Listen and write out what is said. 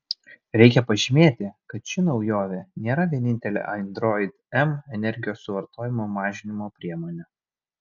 reikia pažymėti kad ši naujovė nėra vienintelė android m energijos suvartojimo mažinimo priemonė